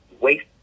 waste